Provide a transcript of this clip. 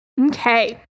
Okay